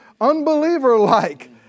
unbeliever-like